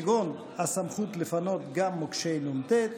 כגון הסמכות לפנות גם מוקשי נ"ט,